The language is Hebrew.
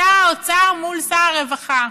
שר האוצר מול שר הרווחה.